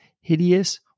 hideous